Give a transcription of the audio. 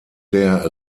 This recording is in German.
der